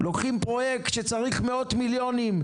לוקחים פרויקט שצריך מאות מיליונים,